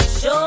Show